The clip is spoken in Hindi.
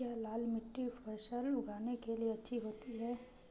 क्या लाल मिट्टी फसल उगाने के लिए अच्छी होती है?